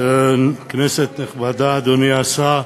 כנסת נכבדה, אדוני השר,